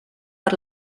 per